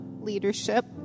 leadership